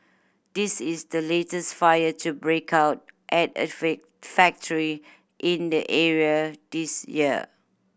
this is the latest fire to break out at a factory in the area this year